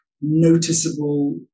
noticeable